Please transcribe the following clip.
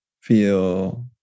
feel